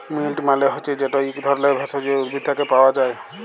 মিল্ট মালে হছে যেট ইক ধরলের ভেষজ উদ্ভিদ থ্যাকে পাওয়া যায়